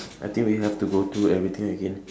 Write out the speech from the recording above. I think we have to go through everything again